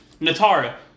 Natara